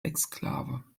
exklave